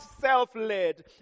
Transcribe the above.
self-led